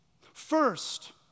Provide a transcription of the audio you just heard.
First